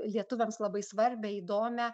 lietuviams labai svarbią įdomią